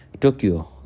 Tokyo